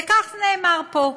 וכך נאמר פה: